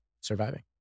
surviving